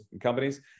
companies